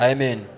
Amen